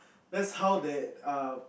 that's how they err